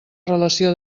relació